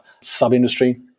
sub-industry